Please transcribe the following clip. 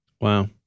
Wow